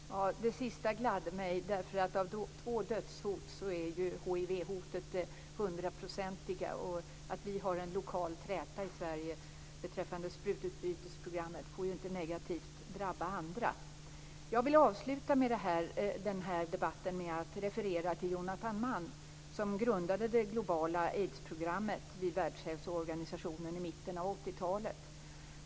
Fru talman! Det sista gladde mig, därför att av två dödshot är hivhotet det hundraprocentiga. Att vi har en lokal träta i Sverige beträffande sprututbytesprogrammet får ju inte negativt drabba andra. Jag vill avsluta debatten med att referera till Jonathan Mann, som grundade Globala aidsprogrammet vid Världshälsoorganisationen i mitten av 80-talet.